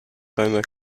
reiner